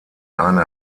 eine